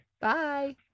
Bye